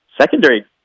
secondary